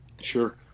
sure